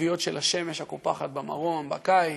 מהכוויות של השמש הקופחת במרום בקיץ,